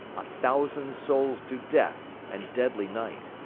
a thousand soules to death and deadly night